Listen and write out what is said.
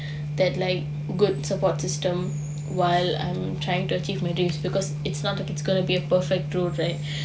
that like good support system while I'm trying to achieve my dreams because it's not like it's gonna be a perfect through like